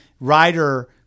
rider